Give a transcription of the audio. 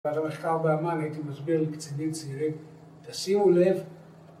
במחקר באמן הייתי מסביר לקצינים צעירים תשימו לב